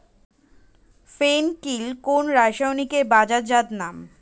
ফেন কিল কোন রাসায়নিকের বাজারজাত নাম?